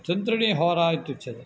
तिन्त्रिणीहोरा इत्युच्यते